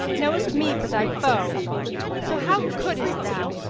knowest me for thy foe so how couldest thou,